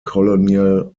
colonial